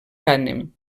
cànem